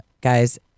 guys